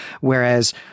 Whereas